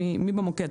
מי במוקד?